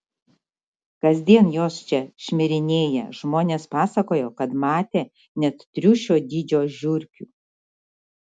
kasdien jos čia šmirinėja žmonės pasakojo kad matę net triušio dydžio žiurkių